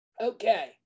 Okay